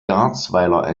garzweiler